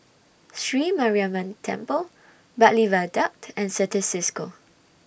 Sri Mariamman Temple Bartley Viaduct and Certis CISCO